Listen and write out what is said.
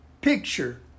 picture